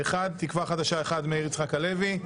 חבר אחד, לתקווה חדשה חבר אחד, מאיר יצחק הלוי.